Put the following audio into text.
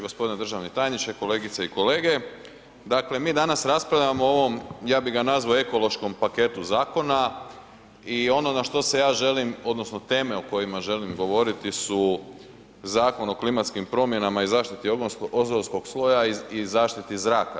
Gospodine državni tajniče, kolegice i kolege, dakle mi danas raspravljamo o ovom ja bih ga nazvao ekološkom paketu zakona i ono na što se ja želim odnosno teme o kojima želim govoriti su Zakon o klimatskim promjenama i zaštiti ozonskog sloja i zaštiti zraka.